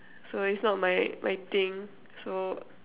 so it's not my my thing so